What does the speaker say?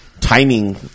timing